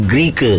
Greek